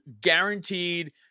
guaranteed